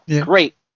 Great